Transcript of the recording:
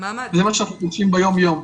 זה מה שאנחנו פוגשים ביום יום.